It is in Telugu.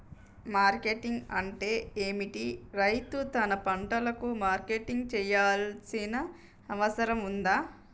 మార్కెటింగ్ అంటే ఏమిటి? రైతు తన పంటలకు మార్కెటింగ్ చేయాల్సిన అవసరం ఉందా?